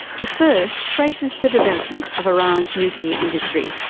the first traces the development of iran's nuclear industry,